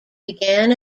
began